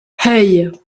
hey